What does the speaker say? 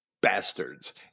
bastards